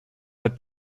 had